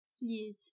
Yes